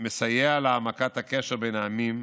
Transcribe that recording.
מסייע להעמקת הקשר בין העמים,